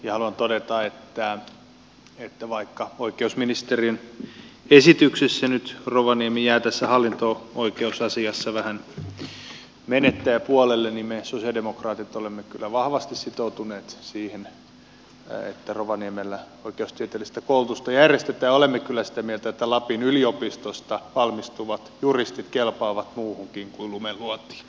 haluan todeta että vaikka oikeusministerin esityksessä nyt rovaniemi jää tässä hallinto oikeusasiassa vähän menettäjäpuolelle niin me sosialidemokraatit olemme kyllä vahvasti sitoutuneet siihen että rovaniemellä oikeustieteellistä koulutusta järjestetään ja olemme kyllä sitä mieltä että lapin yliopistosta valmistuvat juristit kelpaavat muuhunkin kuin lumenluontiin